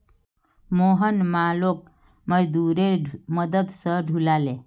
मोहन मालोक मजदूरेर मदद स ढूला ले